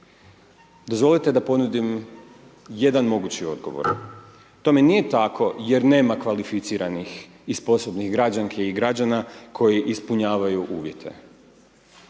Dozvolite da ponudim jedan mogući odgovor, tome nije tako jer nema kvalificiranih iz posebnih građanki i građana koji ispunjavaju uvjete,